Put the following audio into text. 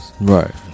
Right